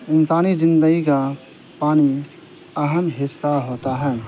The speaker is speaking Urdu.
انسانی زندگی کا پانی اہم حصہ ہوتا ہے